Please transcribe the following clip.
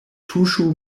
tuŝu